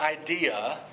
idea